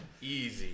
Easy